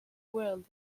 world